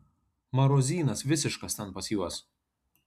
marozynas visiškas ten pas juos